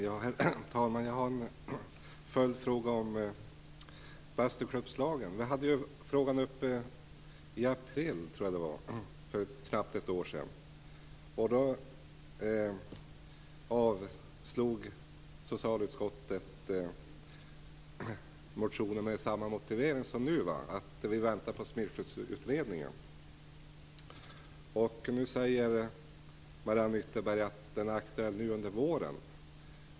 Herr talman! Jag har en följdfråga om bastuklubbslagen. Vi hade frågan uppe i april för knappt ett år sedan. Då avstyrkte socialutskottet motionen med samma motivering som nu, nämligen att vi väntar på Smittskyddsutredningen. Nu säger Mariann Ytterberg att en rapport är aktuell nu under våren.